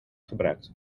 gebruikt